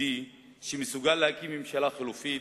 נגדי שמסוגל להקים ממשלה חלופית,